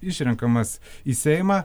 išrenkamas į seimą